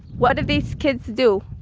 what do these kids do?